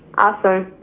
awesome.